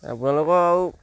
আপোনালোকৰ আৰু